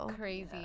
crazy